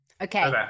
Okay